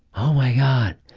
oh my god!